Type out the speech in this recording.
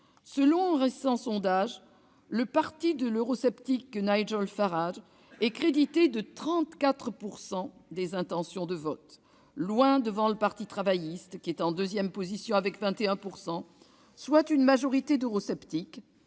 Selon un récent sondage, le parti de l'eurosceptique Nigel Farage est crédité de 34 % des intentions de vote, loin devant le parti travailliste, en deuxième position avec 21 %, soit une majorité d'eurosceptiques